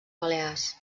balears